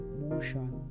motion